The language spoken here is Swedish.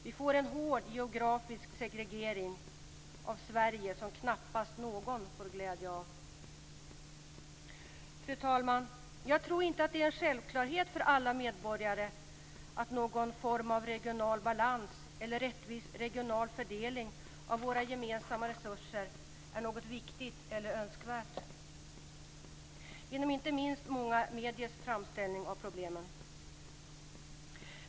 Vi får en hård geografisk segregering av Sverige som knappast någon får glädje av. Fru talman! Jag tror inte att det är en självklarhet för att alla medborgare att någon form av regional balans eller rättvis regional fördelning av våra gemensamma resurser är något viktigt eller önskvärt. Jag tror att det har blivit så inte minst genom många mediers framställning av problemen.